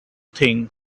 thing